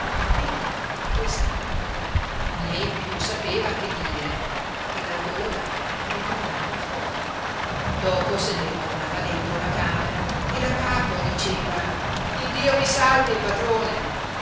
e qui restava né più sapeva che dire ed addolorato ritornava fuori dopo se ne ritornava dentro la camera e da capo diceva iddio vi salvi patrone